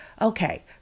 Okay